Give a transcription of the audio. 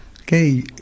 Okay